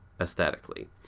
aesthetically